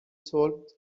solved